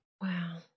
Wow